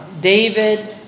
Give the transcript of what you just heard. david